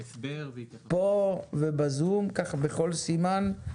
פה ובזום ככה בכל סימן,